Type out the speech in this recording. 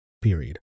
period